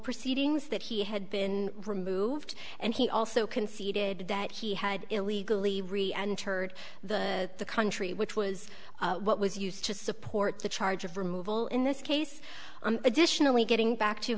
proceedings that he had been removed and he also conceded that he had illegally re and heard the country which was what was used to support the charge of removal in this case additionally getting back to